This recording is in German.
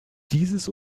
dieses